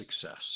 success